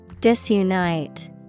Disunite